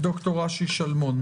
ד"ר אשי שלמון,